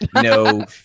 no